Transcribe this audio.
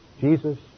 Jesus